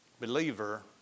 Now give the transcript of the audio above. believer